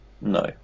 No